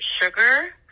sugar